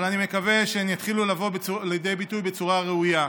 אבל אני מקווה שהן יתחילו לבוא לידי ביטוי בצורה הראויה.